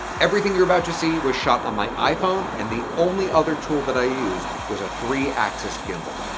everything you're about to see was shot on my iphone, and the only other tool that i used was a three axis gimbal.